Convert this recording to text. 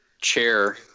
chair